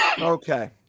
Okay